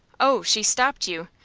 oh, she stopped you?